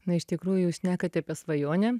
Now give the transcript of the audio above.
na iš tikrųjų šnekat apie svajonę